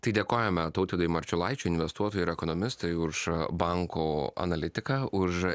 tai dėkojame tautvydui marčiulaičiui investuotojui ir ekonomistui už banko analitiką už